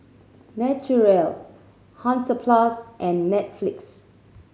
Naturel Hansaplast and Netflix